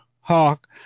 hawk